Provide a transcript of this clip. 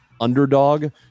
underdog